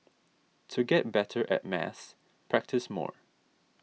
to get better at maths practise more